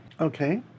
Okay